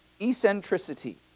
eccentricity